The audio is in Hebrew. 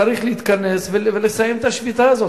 צריך להתכנס ולסיים את השביתה הזאת.